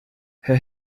herr